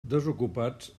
desocupats